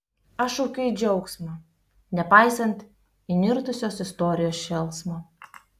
aš šaukiu į džiaugsmą nepaisant įnirtusios istorijos šėlsmo